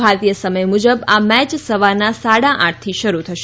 ભારતીય સમય મુજબ આ મેચ સવારના સાડા આઠથી શરૂ થશે